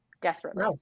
desperately